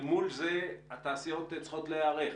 אל מול זה התעשיות צריכות להיערך.